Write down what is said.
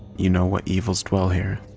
you know what evil dwells here.